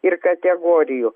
ir kategorijų